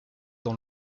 dans